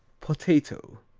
potato